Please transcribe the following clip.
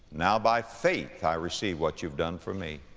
now by faith i receive what you've done for me.